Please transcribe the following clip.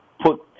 put